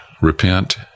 Repent